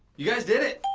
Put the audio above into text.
guys did it!